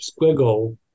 squiggle